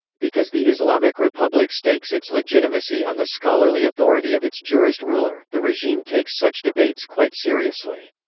because the islamic republic stakes its legitimacy on the scholarly authority of its jurist-ruler, the regime takes such debates quite seriously.